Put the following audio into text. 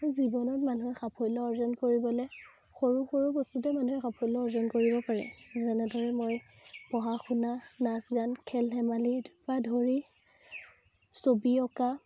জীৱনত মানুহে সাফল্য অৰ্জন কৰিবলৈ সৰু সৰু বস্তুতে মানুহে সাফল্য অৰ্জন কৰিব পাৰে যেনেদৰে মই পঢ়া শুনা নাচ গান খেল ধেমালিৰ পৰা ধৰি ছবি অঁকা